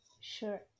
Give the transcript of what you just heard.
sure